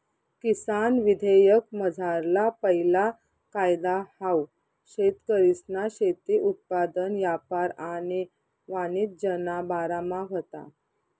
किसान विधेयकमझारला पैला कायदा हाऊ शेतकरीसना शेती उत्पादन यापार आणि वाणिज्यना बारामा व्हता